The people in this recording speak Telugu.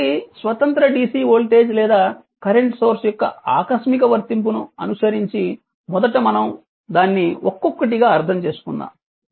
కాబట్టి స్వతంత్ర DC వోల్టేజ్ లేదా కరెంట్ సోర్స్ యొక్క ఆకస్మిక వర్తింపు ను అనుసరించి మొదట మనం దాన్ని ఒక్కొక్కటిగా అర్థం చేసుకుందాం